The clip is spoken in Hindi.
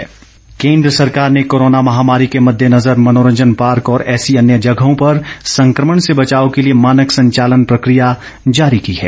दिशा निर्देश केंद्र सरकार ने कोरोना महामारी के मद्देनजर मनोरजंन पार्क और ऐसी अन्य जगहों पर संक्रमण से बचाव के लिए मानक संचालन प्रक्रिया जारी की है